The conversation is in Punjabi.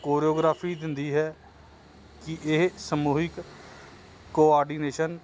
ਕੋਰਿਓਗ੍ਰਾਫੀ ਦਿੰਦੀ ਹੈ ਕਿ ਇਹ ਸਮੂਹਿਕ ਕੋਆਰਡੀਨੇਸ਼ਨ